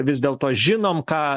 vis dėlto žinom ką